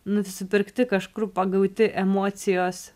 nusipirkti kažkur pagauti emocijos